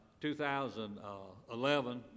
2011